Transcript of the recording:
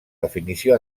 definició